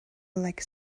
like